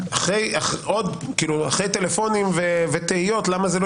דהיינו אחרי טלפונים ותהיות למה זה לא